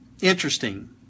interesting